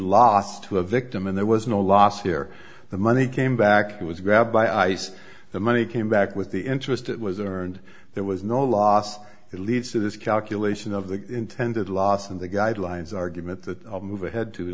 lost to a victim and there was no last year the money came back he was grabbed by ice the money came back with the interest it was earned there was no loss it leads to this calculation of the intended loss and the guidelines argument that move ahead to